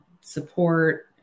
support